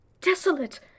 Desolate